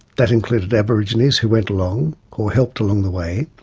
that included aborigines who went along or helped along the way,